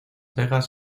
vegas